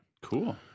Cool